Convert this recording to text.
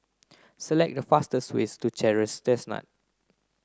select the fastest ways to Chestnut Terrace